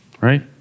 right